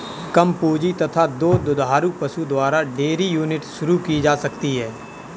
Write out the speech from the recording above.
कम पूंजी तथा दो दुधारू पशु द्वारा डेयरी यूनिट शुरू की जा सकती है